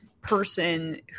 person